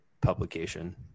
publication